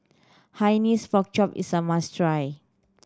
Hainanese Pork Chop is a must try